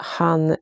han